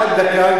רק דקה.